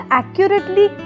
accurately